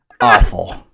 awful